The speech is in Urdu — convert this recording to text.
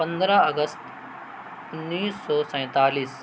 پندرہ اگست اُنیس سو سینتالس